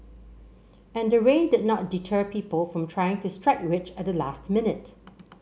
and the rain did not deter people from trying to strike rich at the last minute